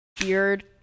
beard